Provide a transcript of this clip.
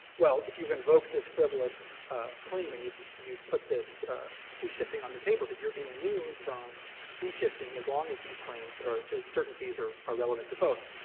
well, if you invoke this frivolous claim and you you put this fee shifting on the table, that you're immune from fee shifting as long as these claims are certain fees are are relevant to both.